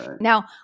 Now